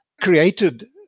created